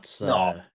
No